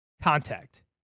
contact